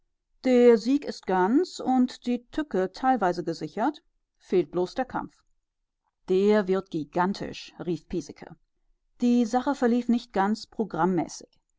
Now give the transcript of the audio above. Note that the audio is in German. der sieg ist ganz und die tücke teilweise gesichert fehlt bloß der kampf der wird gigantisch rief piesecke die sache verlief nicht ganz programmäßig